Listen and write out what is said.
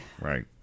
Right